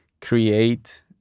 create